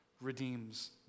redeems